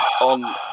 on